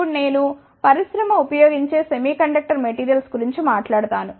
ఇప్పుడు నేను పరిశ్రమ ఉపయోగించే సెమీకండక్టర్ మెటీరియల్స్ గురించి మాట్లాడుతాను